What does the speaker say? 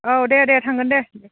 औ दे दे थांगोन दे